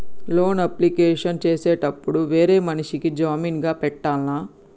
Loan application చేసేటప్పుడు వేరే మనిషిని జామీన్ గా పెట్టాల్నా?